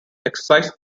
exercise